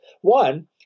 One